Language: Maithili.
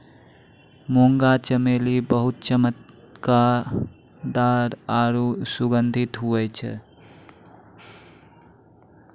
मुंगा चमेली बहुत चमकदार आरु सुगंधित हुवै छै